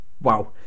wow